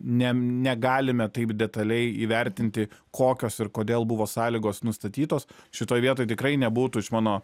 ne negalime taip detaliai įvertinti kokios ir kodėl buvo sąlygos nustatytos šitoj vietoj tikrai nebūtų iš mano